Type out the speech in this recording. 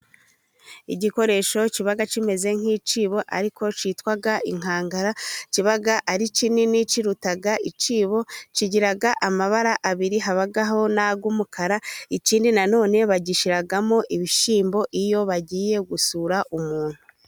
Igikoresho kiba kimeze nk'icyibo ariko cyitwa inkangara, kiba ari kinini kiruta icyibo kigira amabara abiri, habaho ni cy'umukara ikindi nanone bagishyiramo ibishyimbo iyo bagiye gusura umuntu.